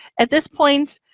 at this point,